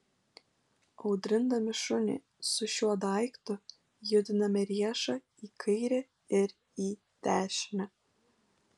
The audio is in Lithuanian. audrindami šunį su šiuo daiktu judiname riešą į kairę ir į dešinę